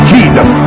Jesus